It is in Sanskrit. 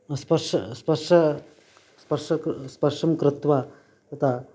अस्पर्शं स्पर्शं स्पर्शं स्पर्शं कृत्वा यथा